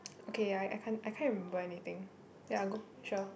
okay I I can't I can't remember anything ya go sure